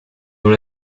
dans